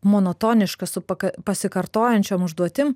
monotoniškas su pa pasikartojančiom užduotim